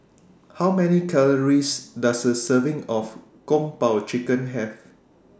How Many Calories Does A Serving of Kung Po Chicken Have